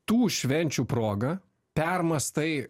tų švenčių proga permąstai